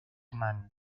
man